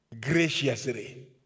graciously